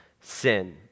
sin